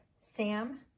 Sam